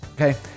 Okay